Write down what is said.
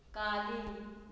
काली